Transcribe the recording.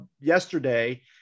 yesterday